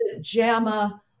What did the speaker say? JAMA